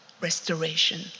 restoration